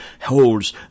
holds